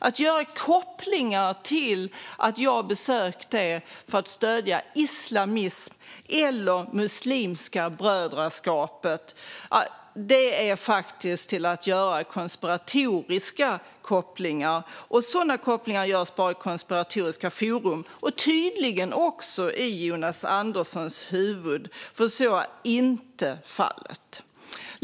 Att göra kopplingar mellan att jag besöker moskén och att jag skulle stödja islamism eller Muslimska brödraskapet är faktiskt att göra konspiratoriska kopplingar, och sådana kopplingar görs bara i konspiratoriska forum - och tydligen också i Jonas Anderssons huvud. Så är alltså inte fallet.